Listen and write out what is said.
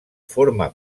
forma